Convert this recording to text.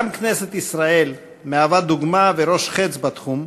גם כנסת ישראל מהווה דוגמה וראש חץ בתחום,